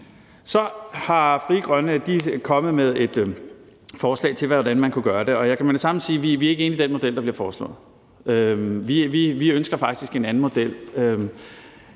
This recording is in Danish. Så er Frie Grønne kommet med et forslag til, hvordan man kan gøre det, og jeg kan med det samme sige, at vi ikke er enige i den model, der bliver foreslået. Vi ønsker faktisk en anden model.